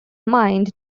mined